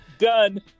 Done